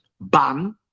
ban